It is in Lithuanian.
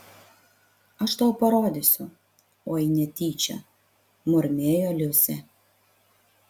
aš tau parodysiu oi netyčia murmėjo liusė